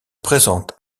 présente